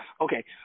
Okay